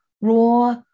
raw